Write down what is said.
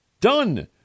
Done